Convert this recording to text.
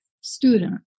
student